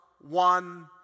one